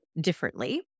differently